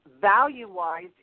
value-wise